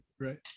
right